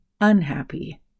unhappy